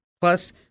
Plus